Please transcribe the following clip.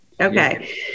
Okay